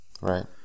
Right